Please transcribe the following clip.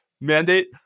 mandate